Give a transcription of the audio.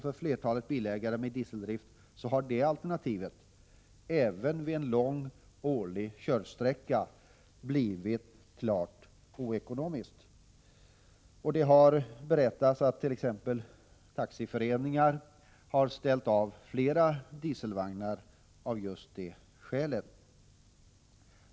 För flertalet bilägare med dieseldrift har detta alternativ — även vid en lång årlig körsträcka — blivit klart oekonomiskt. Det har sagts att t.ex. taxiföreningar har ställt av flera dieselvagnar av just det skälet.